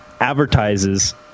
advertises